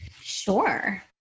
Sure